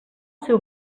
seu